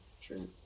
True